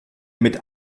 mit